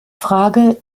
frage